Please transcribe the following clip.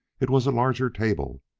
it was a larger table,